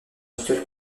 actuelle